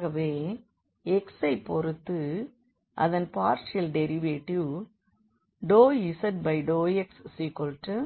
ஆகவே x ஐ பொறுத்து அதன் partial derivative ∂z∂x xa2 x2 y2